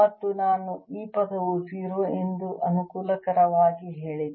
ಮತ್ತು ನಾನು ಈ ಪದವು 0 ಎಂದು ಅನುಕೂಲಕರವಾಗಿ ಹೇಳಿದೆ